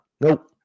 Nope